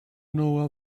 know